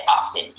often